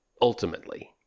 Ultimately